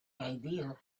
idea